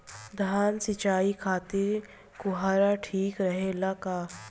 धान सिंचाई खातिर फुहारा ठीक रहे ला का?